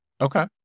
Okay